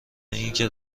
اینکه